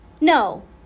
no